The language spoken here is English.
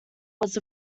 was